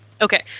Okay